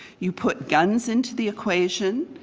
you put guns into the equation,